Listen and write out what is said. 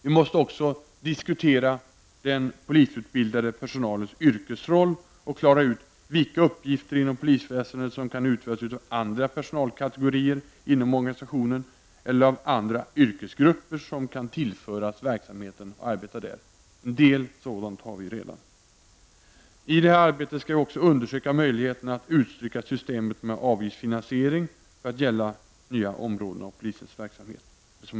Vi måste också diskutera den polisutbildade personalens yrkesroll och klara ut vilka uppgifter inom polisväsendet som kan utföras av andra personalkategorier inom organisationen eller av andra yrkesgrupper som kan behöva tillföras verksamheten -- en del sådant har vi redan sett. I det här arbetet skall vi undersöka möjligheterna att utsträcka systemet med avgiftsfinansiering till att gälla nya områden av polisens verksamhet.